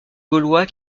gaulois